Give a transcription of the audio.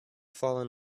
fallen